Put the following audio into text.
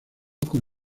con